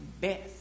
best